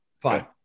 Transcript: Fine